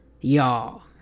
y'all